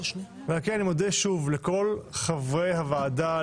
ועל כן אני מודה שוב לכל חברי הוועדה,